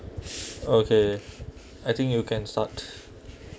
okay I think you can start